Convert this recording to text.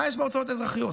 מה יש בהוצאות האזרחיות?